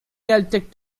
celtic